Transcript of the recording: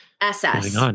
SS